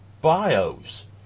bios